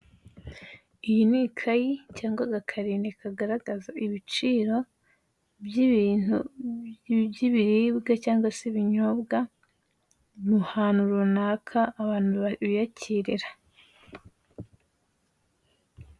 Iyi ni ikayi cyangwa agakarine kagaragaza ibiciro by'ibintu by'ibiribwa cyangwa se ibinyobwa, mu hantu runaka abantu biyakirira.